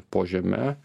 po žeme